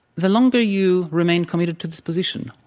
the longer you remain committed to this position,